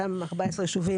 אותם 14 הישובים,